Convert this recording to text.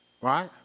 right